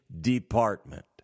department